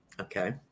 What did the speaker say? okay